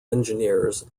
engineers